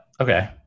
okay